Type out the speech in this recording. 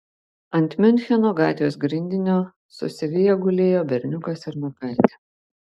ant miuncheno gatvės grindinio susiviję gulėjo berniukas ir mergaitė